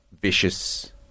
vicious